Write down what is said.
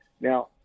now